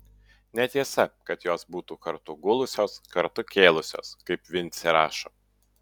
netiesa kad jos būtų kartu gulusios kartu kėlusios kaip vincė rašo